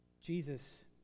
Jesus